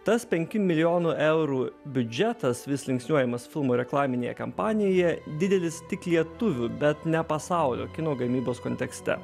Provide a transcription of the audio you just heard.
tas penkių milijonų eurų biudžetas vis linksniuojamas fimo reklaminėje kampanijpje didelis tik lietuvių bet ne pasaulio kino gamybos kontekste